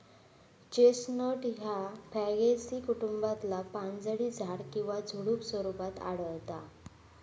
chestnut ह्या Fagaceae कुटुंबातला पानझडी झाड किंवा झुडुप स्वरूपात आढळता